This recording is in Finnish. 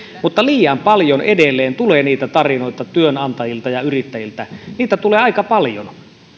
mutta liian paljon edelleen tulee niitä tarinoita työnantajilta ja yrittäjiltä niitä tulee aika paljon